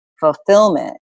fulfillment